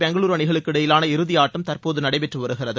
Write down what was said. பெங்களுரு அணிகளுக்கிடையிலான இறுதியாட்டம் தற்போது நடைபெற்று வருகிறது